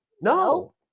No